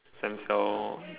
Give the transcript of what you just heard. stem cell